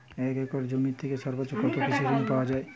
এক একর জমি থেকে সর্বোচ্চ কত কৃষিঋণ পাওয়া য়ায়?